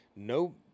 No